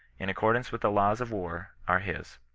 in accordance with the laws of war, are his.